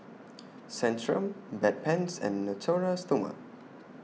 Centrum Bedpans and Natura Stoma